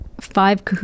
five